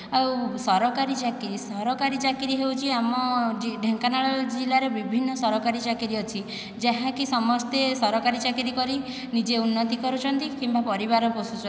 ଆଉ ସରକାରୀ ଚାକିରୀ ସରକାରୀ ଚାକିରୀ ହେଉଛି ଆମ ଢେଙ୍କାନାଳ ଜିଲ୍ଲାରେ ବିଭିନ୍ନ ସରକାରୀ ଚାକିରୀ ଅଛି ଯାହାକି ସମସ୍ତେ ସରକାରୀ ଚାକିରି କରି ନିଜେ ଉନ୍ନତି କରୁଛନ୍ତି କିମ୍ବା ପରିବାର ପୋଷୁଛନ୍ତି